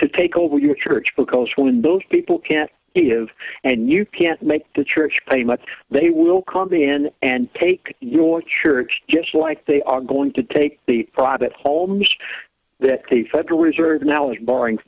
to take over your church because when those people can't have and you can't make the church pay much they will come in and take your church just like they are going to take the private homes that the federal reserve now is barring